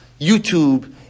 YouTube